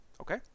Okay